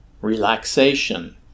relaxation